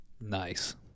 Nice